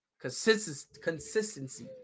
Consistency